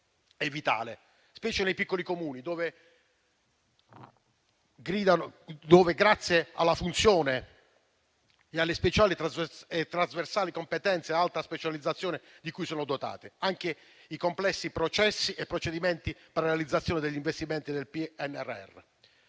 specialmente nei piccoli Comuni dove, grazie alla funzione e alle speciali e trasversali competenze e all'alta specializzazione di cui sono dotati, possono gestire anche i complessi processi e procedimenti per la realizzazione degli investimenti del PNRR.